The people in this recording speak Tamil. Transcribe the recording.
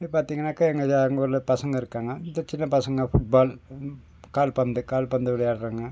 இப்போ பார்த்தீங்கனாக்கா எங்கள் இது எங்கள் ஊரில் பசங்கள் இருக்காங்க இந்த சின்னப்பசங்கள் ஃபுட் பால் கால்பந்து கால்பந்து விளையாட்றாங்க